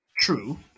true